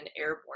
airborne